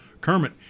Kermit